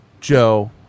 Joe